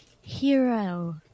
Hero